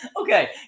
Okay